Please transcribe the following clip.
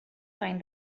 find